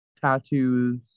tattoos